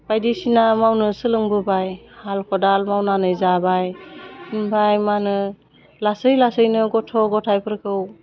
बायदिसिना मावनो सोलोंबोबाय हाल खदाल मावनानै जाबाय ओमफ्राय मा होनो लासै लासैनो गथ' गथायफोरखौ